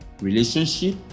relationship